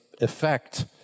effect